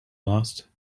lost